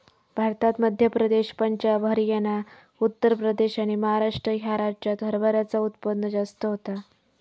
भारतात मध्य प्रदेश, पंजाब, हरयाना, उत्तर प्रदेश आणि महाराष्ट्र ह्या राज्यांत हरभऱ्याचा उत्पन्न जास्त होता